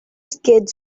skid